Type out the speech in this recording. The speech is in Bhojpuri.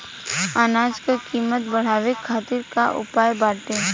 अनाज क कीमत बढ़ावे खातिर का उपाय बाटे?